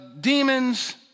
demons